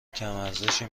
کمارزشی